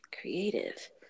creative